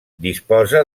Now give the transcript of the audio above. disposa